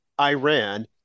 Iran